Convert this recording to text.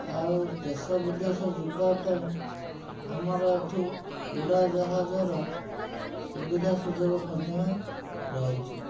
ଆଉ ଦେଶବିଦେଶ ଯିବାପାଇଁ ଆମର ଏଠି ଉଡ଼ାଜାହାଜର ସୁବିଧା ସୁଯୋଗ ମଧ୍ୟ ରହିଛି